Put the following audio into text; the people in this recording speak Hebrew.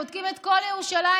בודקים את כל ירושלים,